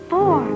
Four